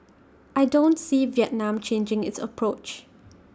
I don't see Vietnam changing its approach